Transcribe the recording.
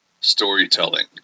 storytelling